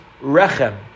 Rechem